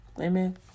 amen